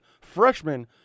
freshman